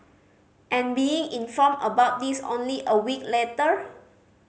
and being informed about this only a week later